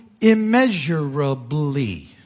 immeasurably